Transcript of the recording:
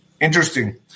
interesting